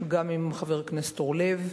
גם עם חבר הכנסת אורלב,